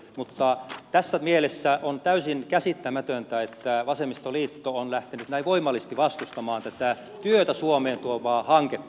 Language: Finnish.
mutta tässä mielessä on täysin käsittämätöntä että vasemmistoliitto on lähtenyt näin voimallisesti vastustamaan tätä työtä suomeen tuovaa hanketta